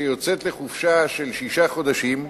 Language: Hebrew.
עובדת, מזכירה, שיוצאת לחופשה של שישה חודשים,